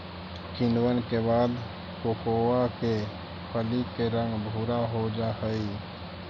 किण्वन के बाद कोकोआ के फली के रंग भुरा हो जा हई